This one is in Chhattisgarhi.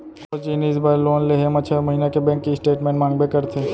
कोनो जिनिस बर लोन लेहे म छै महिना के बेंक स्टेटमेंट मांगबे करथे